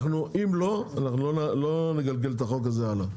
אם לא, אנחנו לא נגלגל את החוק הזה הלאה.